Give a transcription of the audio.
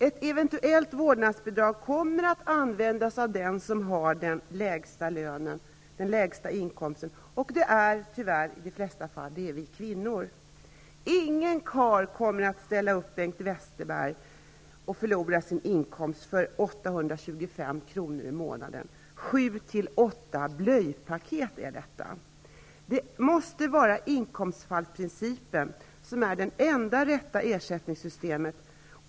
Ett eventuellt vårdnadsbidrag kommer att användas av den som har den lägsta inkomsten, och tyvärr är det i det allra flesta fall vi kvinnor som har den. Ingen karl kommer, Bengt Westerberg, att ställa upp och förlora sin inkomst för 825 kr. i månaden. Det är detsamma som sju till åtta blöjpaket. Det måsta vara inkomstbortfallsprincipen som är det enda rätta ersättningssystemet.